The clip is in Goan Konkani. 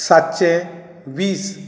सातशें वीस